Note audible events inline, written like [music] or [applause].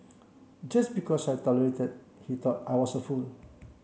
just because I tolerated [unintelligible] he thought I was a fool